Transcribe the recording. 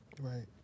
Right